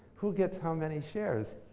who gets how many shares?